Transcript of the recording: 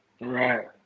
right